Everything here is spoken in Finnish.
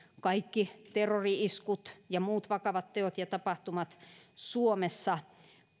kaikki terrori iskut ja muut vakavat teot ja tapahtumat suomessa